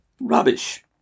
Rubbish